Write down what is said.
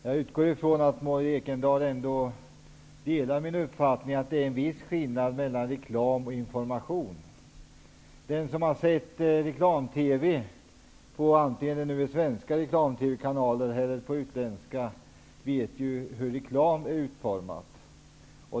Herr talman! Jag utgår från att Maud Ekendahl ändå delar min uppfattning att det är en viss skillnad mellan reklam och information. Den som har sett reklam-TV, på svenska eller utländska TV kanaler, vet hur reklamen är utformad.